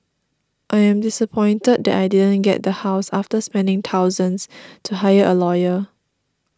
I am disappointed that I didn't get the house after spending thousands to hire a lawyer